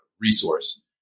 resource